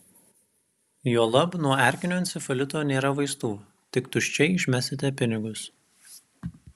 juolab nuo erkinio encefalito nėra vaistų tik tuščiai išmesite pinigus